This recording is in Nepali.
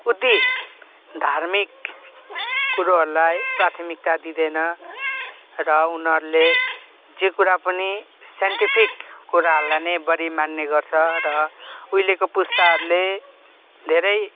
उति धार्मिक कुरोहरूलाई प्राथमिकता दिँदैन र उनीहरूले जे कुरा पनि साइन्टिफिक कुराहरूलाई नै बढी मान्ने गर्छ र उहिलेको पुस्ताले धेरै